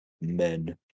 Men